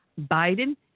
Biden